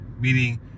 Meaning